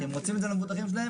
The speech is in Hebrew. כי הם רוצים את זה למבוטחים שלהם,